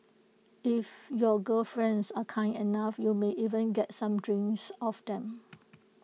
if your gal friends are kind enough you may even get some drinks off them